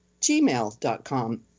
gmail.com